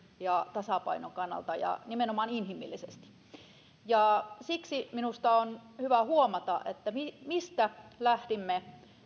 ja tasapainon kannalta ja nimenomaan inhimillisesti siksi minusta on hyvä huomata mistä lähdimme